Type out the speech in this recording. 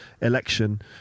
election